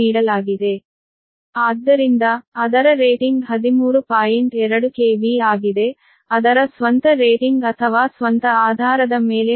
2 KV ಆಗಿದೆ ಅದರ ಸ್ವಂತ ರೇಟಿಂಗ್ ಅಥವಾ ಸ್ವಂತ ಆಧಾರದ ಮೇಲೆ 13